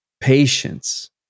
patience